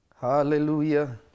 Hallelujah